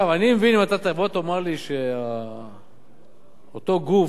אני מבין אם תאמר לי שאותו גוף,